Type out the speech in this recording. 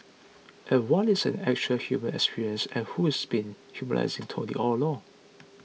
and what is an actual human experience and who's been humanising Tony all along